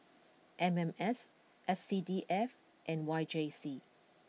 M M S S C D F and Y J C